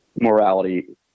morality